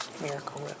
Miracle